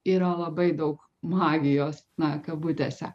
yra labai daug magijos na kabutėse